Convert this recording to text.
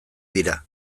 dira